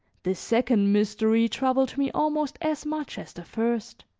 this second mystery troubled me almost as much as the first.